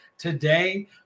Today